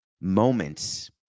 moments